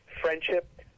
friendship